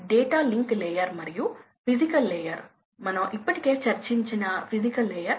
అసలైనా pump లక్షణాల నుండి పొందుతారు కాబట్టి ఇప్పుడు మనం మళ్ళీ త్వరగా ముందుకు వెళ్తాము